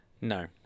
No